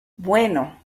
bueno